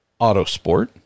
autosport